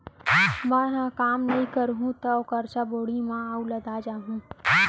मैंहर काम नइ करहूँ तौ करजा बोड़ी म अउ लदा जाहूँ